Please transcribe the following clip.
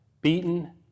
beaten